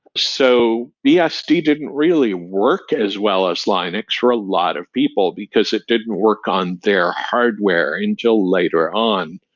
so, bsd didn't really work as well as linux for a lot of people, because it didn't work on their hardware until later on.